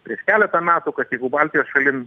prieš keletą metų kad jeigu baltijos šalim